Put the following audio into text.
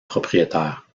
propriétaire